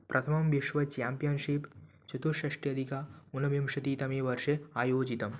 प्रथमं विश्व च्याम्पियनशिप् चतुष्षष्ट्यधिक ऊनविंशतितमे वर्षे आयोजितम्